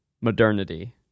modernity